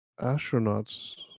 astronauts